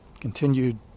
continued